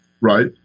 Right